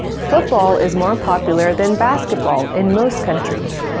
football is more popular than basketball in most countries.